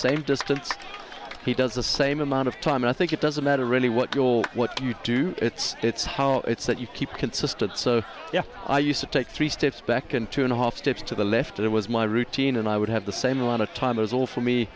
same distance he does the same amount of time i think it doesn't matter really what goal what you do it's it's how it's that you keep consistent so yeah i used to take three steps back and two and a half steps to the left it was my routine and i would have the same a lot of timers all for me